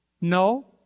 no